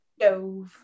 no